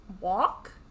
Walk